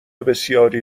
بسیاری